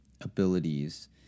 abilities